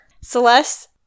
Celeste